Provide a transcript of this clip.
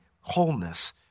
wholeness